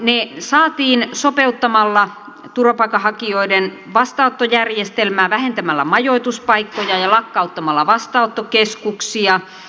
ne saatiin sopeuttamalla turvapaikanhakijoiden vastaanottojärjestelmää vähentämällä majoituspaikkoja ja lakkauttamalla vastaanottokeskuksia